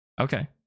Okay